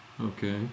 Okay